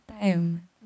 time